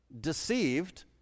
deceived